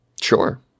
sure